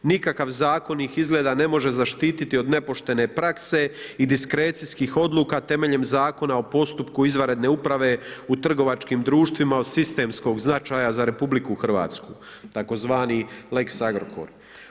Nikakav zakon ih izgleda ne može zaštiti od nepoštene prakse i diskrecijskih odluka temeljem Zakona o postupku izvanredne uprave u trgovačkim društvima, od sistemskog značaja za RH, tzv. lex Agrokor.